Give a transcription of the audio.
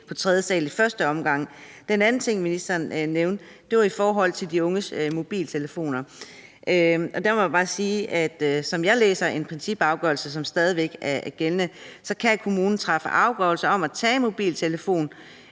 på tredje sal i første omgang? Den anden ting, ministeren nævnte, var de unges mobiltelefoner. Sådan som jeg læser en principafgørelse, som stadig væk er gældende, kan kommunen træffe afgørelse om at tage en mobiltelefon